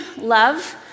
love